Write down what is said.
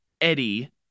Eddie